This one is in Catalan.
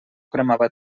cremava